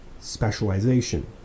specialization